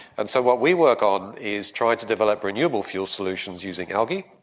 and so what we work on is trying to develop renewable fuel solutions using algae.